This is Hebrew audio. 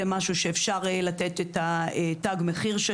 זה משהו שאפשר לתת לו תג מחיר,